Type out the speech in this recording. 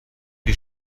die